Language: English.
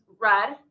red